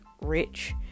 rich